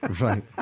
Right